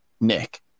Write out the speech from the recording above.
Nick